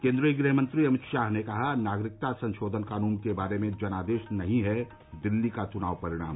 केन्द्रीय गृह मंत्री अमित शाह ने कहा नागरिकता संशोधन कानून के बारे में जनादेश नहीं है दिल्ली का चुनाव परिणाम